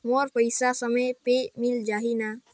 मोर पइसा समय पे मिल जाही न?